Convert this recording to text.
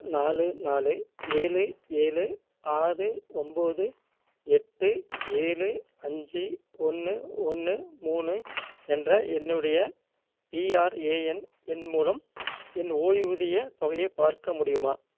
நாலு நாலு ஏழு ஏழு ஆறு ஒம்பது எட்டு ஏழு அஞ்சு ஒன்று ஒன்று மூணு என்ற என்னுடைய பிஆர்ஏஎன் எண் மூலம் என் ஓய்வூதியத் தொகையை பார்க்க முடியுமா